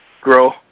grow